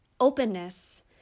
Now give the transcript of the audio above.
openness